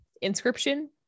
Inscription